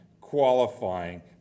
qualifying